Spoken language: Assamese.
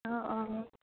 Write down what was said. অঁ অঁ